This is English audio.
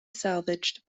salvaged